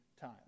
time